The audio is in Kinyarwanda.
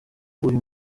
uyu